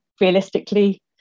realistically